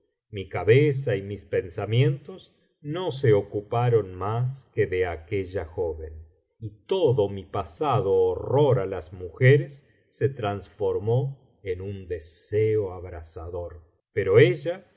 mi cabeza y mis pensamientos no se ocuparon mas que de aquella joven y todo mi pasado horror á las mujeres se transformó en un deseo abrasador pero ella